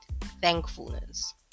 thankfulness